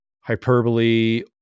hyperbole